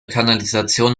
kanalisation